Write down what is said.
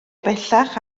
bellach